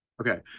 okay